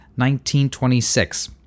1926